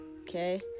Okay